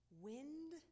wind